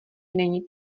není